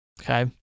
Okay